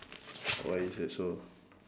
why is that so